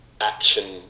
action